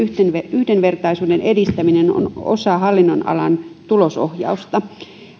yhdenvertaisuuden edistäminen on osa hallinnonalan tulosohjausta